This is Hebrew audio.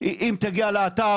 שאם תגיע לאתר,